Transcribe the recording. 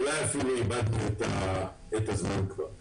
אולי אפילו כבר איבדנו את הזמן לעשות את זה.